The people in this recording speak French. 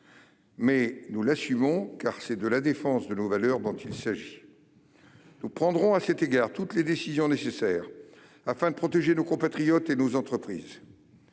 mais nous l'assumons, car c'est de la défense de nos valeurs qu'il s'agit. Nous prendrons à cet égard toutes les décisions nécessaires afin de protéger nos compatriotes et nos entreprises.